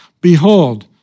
Behold